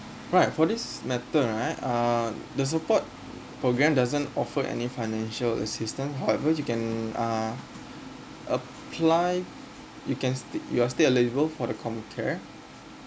right for this matter right uh the support program doesn't offer any financial assistant however you can uh apply you can s~ you're still eligible for the comcare